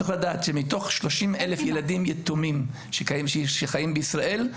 צריך לדעת שמתוך 30,000 ילדים יתומים שחיים בישראל,